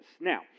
Now